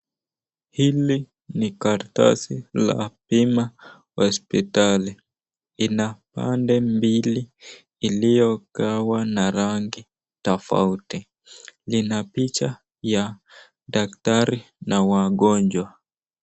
Hili ni karatasi la bima ya hospotali, ina pande mbili iliyogawa na rangi tofauti , lina picha ya daktari na wagonjwa.